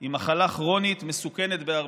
היא מחלה כרונית מסוכנת בהרבה.